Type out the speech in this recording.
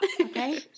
okay